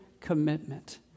commitment